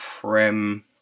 Prem